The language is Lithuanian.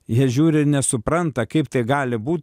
jie žiūri ir nesupranta kaip tai gali būt